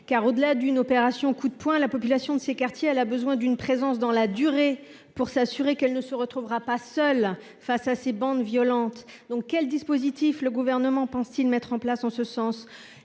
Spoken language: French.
? Au delà d’une opération « coup de poing », la population de ces quartiers a besoin d’une présence dans la durée, pour s’assurer qu’elle ne se retrouvera pas seule face à ces bandes violentes. Quel dispositif le Gouvernement pense t il mettre en place en ce sens ?